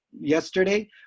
yesterday